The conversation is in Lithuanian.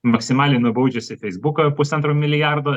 maksimaliai nubaudžiusi feisbuką pusantro milijardo